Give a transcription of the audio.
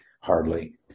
hardly